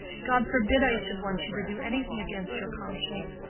god forbid i should want you to do anything against your conscience.